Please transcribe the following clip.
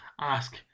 ask